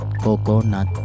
coconut